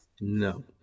No